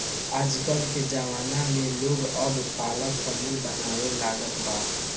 आजकल के ज़माना में लोग अब पालक पनीर बनावे लागल बा